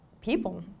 people